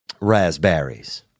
raspberries